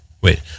Wait